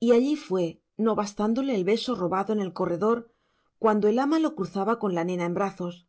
y allí fue no bastándole el beso robado en el corredor cuando el ama lo cruzaba con la nena en brazos